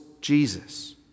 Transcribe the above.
Jesus